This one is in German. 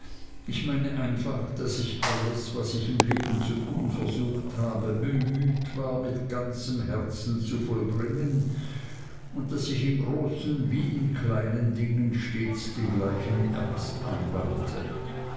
ich meine einfach daß ich alles was ich im leben zu tun versucht habe bemüht war mit ganzem herzen zu vollbringen und daß ich in großen wie in kleinen dingen stets den gleichen ernst anwandte